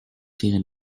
siga